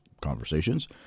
conversations